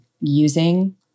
using